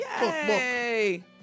Yay